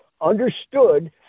understood